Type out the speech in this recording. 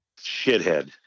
shithead